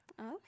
okay